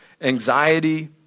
anxiety